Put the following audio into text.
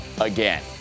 again